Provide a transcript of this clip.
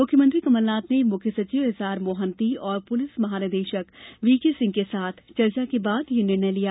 मुख्यमंत्री कमलनाथ ने मुख्य सचिव एसआर मोहंती और पुलिस महानिदेशक वीके सिंह के साथ चर्चा के बाद यह निर्णय लिया